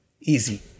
easy